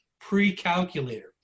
pre-calculator